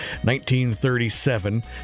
1937